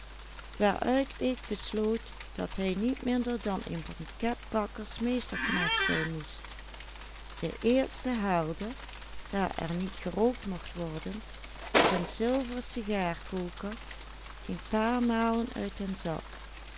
zijn moest de eerste haalde daar er niet gerookt mocht worden den zilveren sigaarkoker een paar malen uit den zak